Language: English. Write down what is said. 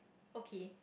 okay